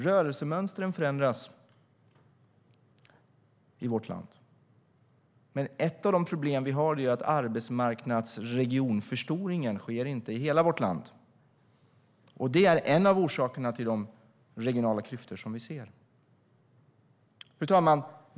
Rörelsemönstren förändras i vårt land. Men ett av de problem som vi har är att arbetsmarknadsregionförstoringen inte sker i hela vårt land. Det är en av orsakerna till de regionala klyftor som vi ser. Fru talman!